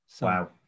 Wow